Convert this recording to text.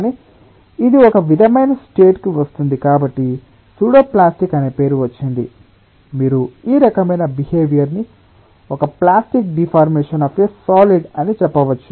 కానీ ఇది ఒక విధమైన స్టేట్ కి వస్తుంది కాబట్టి సూడో ప్లాస్టిక్ అనే పేరు వచ్చింది మీరు ఈ రకమైన బిహేవియర్ ని ఒక plastic deformation of a solid అని చెప్పవచ్చు